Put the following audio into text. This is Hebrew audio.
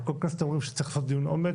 ובכל כנסת אומרים שצריכים לעשות דיון עומק